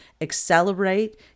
accelerate